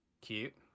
Cute